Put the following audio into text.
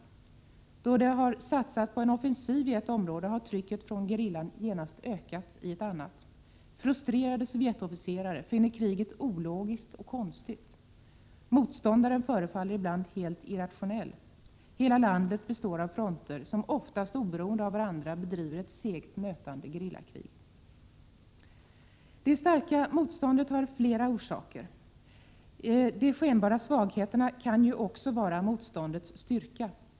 Då de har satsat på en offensiv i ett område har trycket från gerillan genast ökat i ett annat. Frustrerade Sovjetofficerare finner kriget ologiskt och konstigt. Motståndaren förefaller ibland irrationell. Hela landet består av fronter som oftast oberoende av varandra bedriver ett segt, nötande gerillakrig. Det starka motståndet har flera orsaker. De skenbara svagheterna kan också vara motståndets styrka.